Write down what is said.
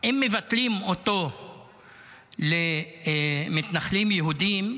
אם מבטלים אותו למתנחלים יהודים,